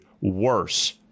worse